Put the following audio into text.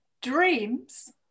Dreams